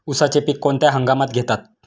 उसाचे पीक कोणत्या हंगामात घेतात?